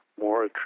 more